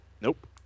Nope